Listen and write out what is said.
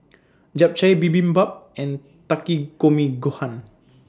Japchae Bibimbap and Takikomi Gohan